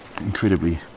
incredibly